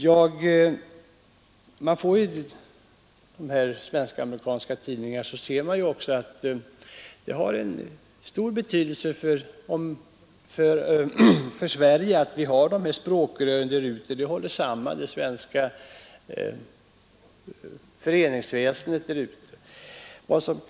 När man läser sådana här svenskamerikanska tidningar ser man att det har stor betydelse för Sverige att vi har de här språk håller sammman det svenska föreningsväsendet.